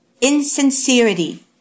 insincerity